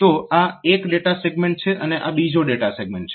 તો આ એક ડેટા સેગમેન્ટ છે અને આ બીજો ડેટા સેગમેન્ટ છે